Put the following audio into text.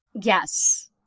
Yes